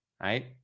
right